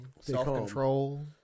Self-control